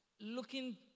looking